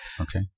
Okay